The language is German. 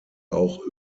auch